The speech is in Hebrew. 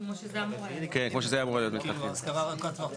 האם הנושא הזה של שימוש ציבורי,